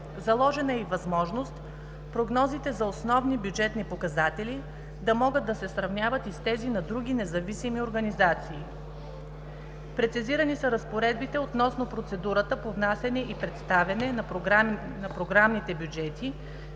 Заложена е и възможност прогнозите за основни бюджетни показатели да могат да се сравняват и с тези на други независими организации. Прецизирани са разпоредбите относно процедурата по внасяне и представяне на програмните бюджети